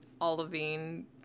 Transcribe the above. olivine